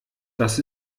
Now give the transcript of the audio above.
das